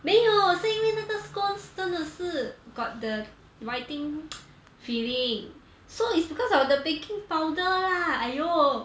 没有是因为那个 scones 真的是 got the biting feeling so it's because of the baking powder lah !aiyo!